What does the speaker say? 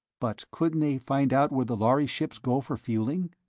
but couldn't they find out where the lhari ships go for fueling?